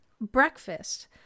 breakfast